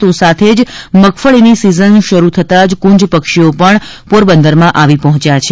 તો સાથે જ મગફળીની સીઝન શરૂ થતાં જ કુજ પક્ષીઓ પણ પોરબંદરમાં આવી પહોચ્યા છે